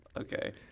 Okay